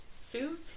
food